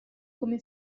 come